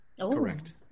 Correct